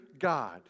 God